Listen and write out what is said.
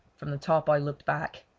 from the top i looked back.